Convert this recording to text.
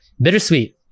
bittersweet